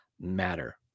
matter